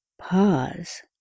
Pause